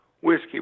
whiskey